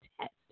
test